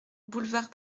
boulevard